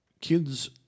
kids